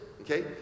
okay